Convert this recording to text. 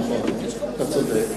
נכון, אתה צודק.